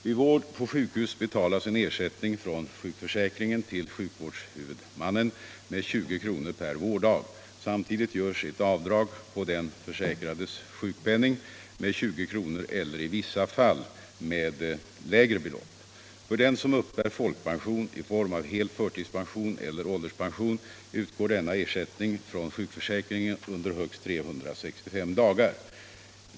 Vid vård på sjukhus betalas ersättning från sjukförsäkringen till sjukvårdshuvudmannen med 20 kr. per vårddag. Samtidigt görs ett avdrag på den försäkrades sjukpenning med 20 kr. eller i vissa fall med lägre belopp. För den som uppbär folkpension i form av hel förtidspension eller ålderspension utgår denna ersättning från sjukförsäkringen under högst 365 dagar.